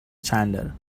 چندلر